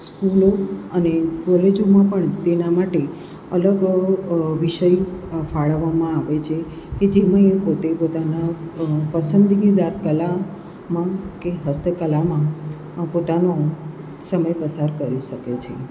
સ્કૂલો અને કોલેજોમાં પણ તેના માટે અલગ વિષય ફાળવવામાં આવે છે કે જેમાં એ પોતે પોતાના પસંદગીની કલામાં કે હસ્તકલામાં પોતાનો સમય પસાર કરી શકે છે